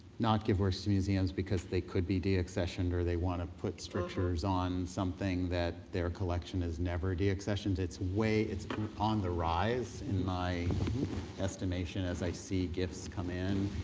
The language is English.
not give works to museums because they could be deaccessioned or they want to put strictures on something that their collection is never deaccessioned. it's way, it's on the rise in my estimation as i see gifts come in,